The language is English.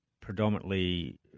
predominantly